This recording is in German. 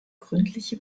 gründliche